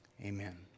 Amen